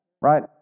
right